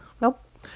nope